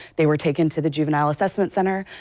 they were taken to the juvenile assessment center.